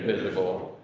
indivisible,